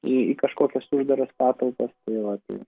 į kažkokias uždaras patalpas tai vat tai